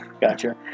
gotcha